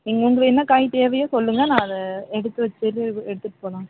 ஒ ன் உங்களுக்கு என்ன காய் தேவையோ சொல்லுங்க நான் அதை எடுத்து வச்சுட்டு எடுத்துகிட்டு போகலாம்